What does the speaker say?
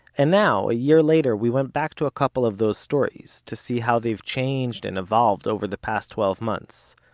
and now, a year later, we went back to a couple of those stories, to see how they've changed and evolved over the past twelve months.